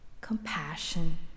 Compassion